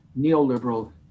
neoliberal